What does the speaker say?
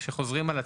שחוזרים על עצמם,